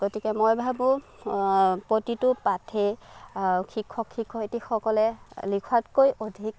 গতিকে মই ভাবো প্ৰতিটো পাঠেই শিক্ষক শিক্ষয়িত্ৰীসকলে লিখাতকৈ অধিক